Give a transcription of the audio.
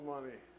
money